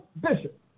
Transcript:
bishop